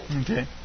Okay